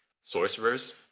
Sorcerers